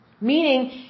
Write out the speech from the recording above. meaning